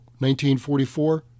1944